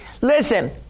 listen